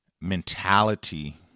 mentality